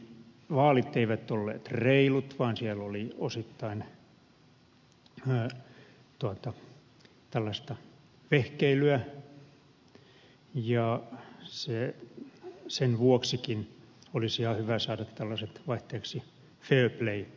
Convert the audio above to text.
vaalit eivät olleet reilut vaan siellä oli osittain tällaista vehkeilyä ja sen vuoksikin olisi ihan hyvä saada vaihteeksi fair play vaalit